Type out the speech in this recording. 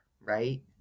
right